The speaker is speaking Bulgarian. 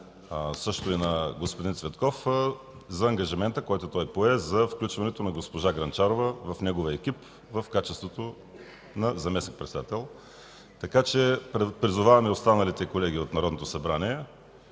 също и на господин Цветков за ангажимента, който той пое за включването на госпожа Грънчарова в неговия екип в качеството й на заместник-председател. Призоваваме и останалите колеги от Народното събрание